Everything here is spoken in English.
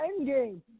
Endgame